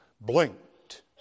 blinked